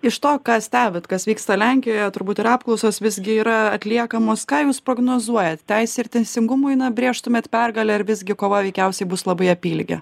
iš to ką stebit kas vyksta lenkijoje turbūt ir apklausos visgi yra atliekamos ką jūs prognozuojat teisė ir teisingumui na brėžtumėt pergalę ir visgi kova veikiausiai bus labai apylygė